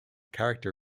character